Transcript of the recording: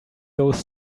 those